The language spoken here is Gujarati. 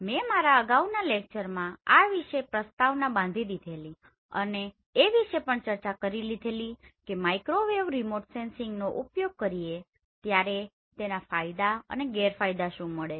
મેં મારા અગાઉના લેક્ચરમાં આ વિશે પ્રસ્તાવના બાંધી દીધેલી અને એ વિશે પણ ચર્ચા કરી લીધેલી કે માઇક્રોવેવ રિમોટ સેન્સિંગ નો ઉપયોગ કરીએ ત્યારે તેના ફાયદા અને ગેરફાયદા શું મળે